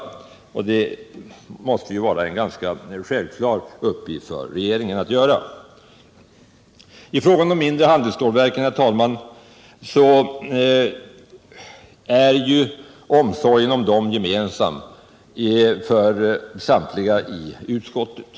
Det måste ju vara en ganska självklar uppgift för regeringen. Omsorgen om de mindre handelsstålverken är ju, herr talman, gemensam för samtliga i utskottet.